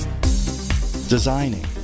Designing